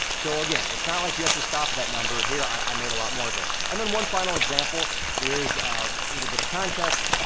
so again, it's not like you have to stop that number. here i made a lot more of it. and then one final example is a little bit of context,